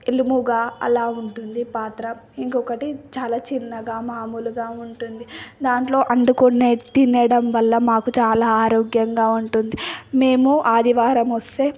ఇలుముగా అలా ఉంటుంది పాత్ర ఇంకొకటి చాలా చిన్నగా మామూలుగా ఉంటుంది దాంట్లో వండుకునే తినడం వల్ల మాకు చాలా ఆరోగ్యంగా ఉంటుంది మేము ఆదివారము వస్తే